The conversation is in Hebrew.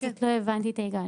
כי לא הבנתי את ההיגיון.